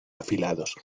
afilados